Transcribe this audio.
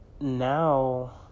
now